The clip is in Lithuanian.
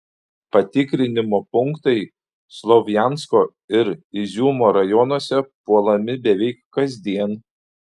patikrinimo punktai slovjansko ir iziumo rajonuose puolami beveik kasdien